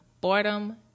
boredom